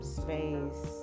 space